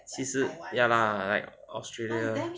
其实 ya lah like australia